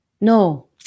No